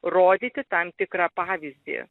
rodyti tam tikrą pavyzdį